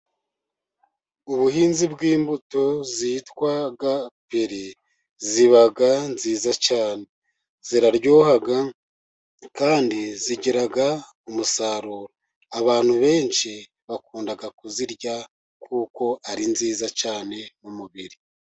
Ubuhinzi bw'imbuto zitwa gaperi, ziba nziza cyane ziraryoha kandi zigira umusaru, abantu benshi bakunda kuzirya, kuko ari nziza cyane mu mubiri.